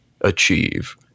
achieve